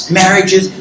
marriages